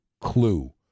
clue